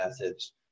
methods